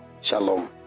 Shalom